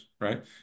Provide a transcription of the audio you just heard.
right